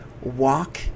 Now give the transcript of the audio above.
walk